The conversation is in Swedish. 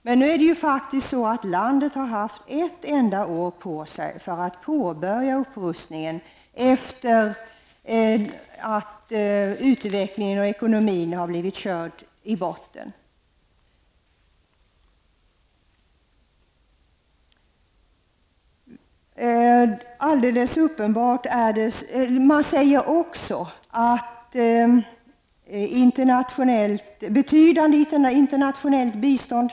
Men det här landet har faktiskt bara haft ett enda år på sig för att påbörja en upprustning efter den utveckling som har varit och efter det att landets ekonomi har körts i botten. Man säger också att det krävs ett betydande internationellt bistånd.